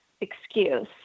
excuse